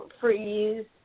freeze